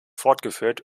fortgeführt